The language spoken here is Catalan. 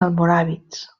almoràvits